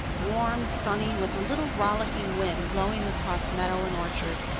warm, sunny, with a little rollicking wind blowing across meadow and orchard.